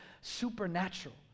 supernatural